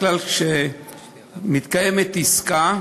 כשמתקיימת עסקה